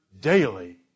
daily